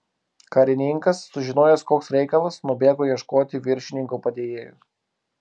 karininkas sužinojęs koks reikalas nubėgo ieškoti viršininko padėjėjo